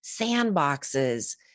sandboxes